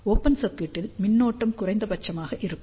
open சர்க்யூட்டில் மின்னோட்டம் குறைந்தபட்சமாக இருக்கும்